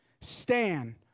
Stand